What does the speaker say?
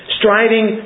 striving